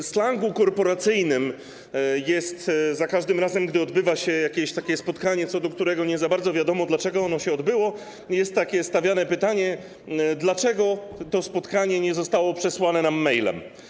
W slangu korporacyjnym za każdym razem, gdy odbywa się jakieś spotkanie, co do którego nie za bardzo wiadomo, dlaczego ono się odbyło, jest stawiane pytanie, dlaczego to spotkanie nie zostało przesłane nam e-mailem.